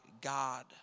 God